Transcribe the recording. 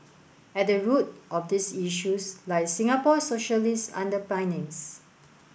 at the root of these issues lie Singapore's socialist underpinnings